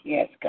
Yes